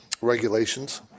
regulations